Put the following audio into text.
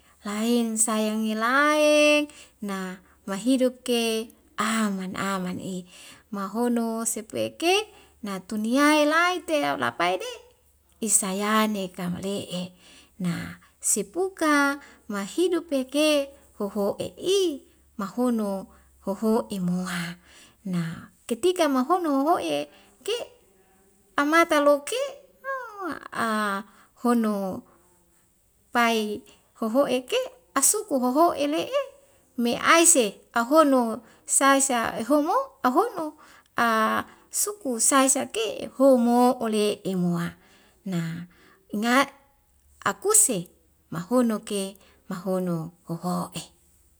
Lain sayange laeng na mahidup ke a man aman i mahono sepu yeke natuni yai lai te lapai de isayaneka male'e na sepuka mahidup eke hoho'e i'i mahono hoho'e moa na ketika mahono wa o'e ke' tamata loke hooooa a hono pai hoho'eke asuka hoho'e le'e me aise ahono sai sa ehomo ahono a suka sai sake'e homo ole emua na ngat akuse mahono ke mahono hoho'e